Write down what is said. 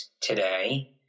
today